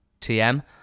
TM